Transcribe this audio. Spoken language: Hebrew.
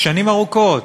שנים ארוכות,